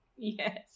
Yes